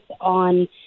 on